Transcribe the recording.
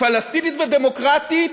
פלסטינית ודמוקרטית